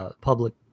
Public